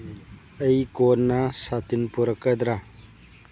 ꯑꯩ ꯀꯣꯟꯅ ꯁꯥꯇꯤꯟ ꯄꯨꯔꯛꯀꯗ꯭ꯔꯥ